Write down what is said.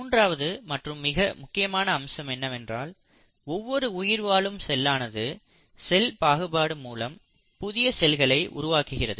மூன்றாவது மற்றும் மிக முக்கியமான அம்சம் என்னவென்றால் ஒவ்வொரு உயிர்வாழும் செல்லானது செல் பாகுபாடு மூலம் புதிய செல்களை உருவாக்குகிறது